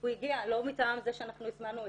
הוא הגיע לא מטעם זה שאנחנו הזמנו,